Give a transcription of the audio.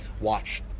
watch